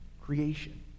creation